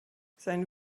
sein